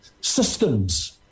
systems